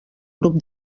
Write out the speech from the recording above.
grup